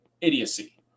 idiocy